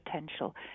potential